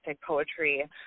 poetry